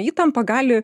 įtampa gali